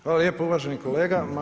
Hvala lijepa uvaženi kolega.